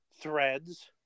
threads